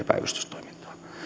päivystystoimintaa